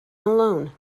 alone